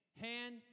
Hand